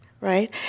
right